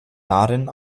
darin